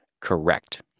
Correct